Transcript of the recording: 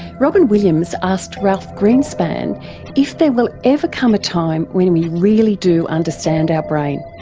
robyn williams asked ralph greenspan if there will ever come a time when we really do understand our brain.